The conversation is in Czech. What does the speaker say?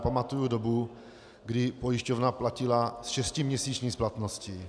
Pamatuji dobu, kdy pojišťovna platila s šestiměsíční splatností.